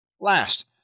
Last